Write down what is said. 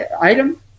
item